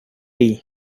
tea